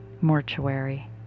mortuary